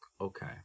Okay